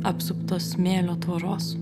apsuptos smėlio tvoros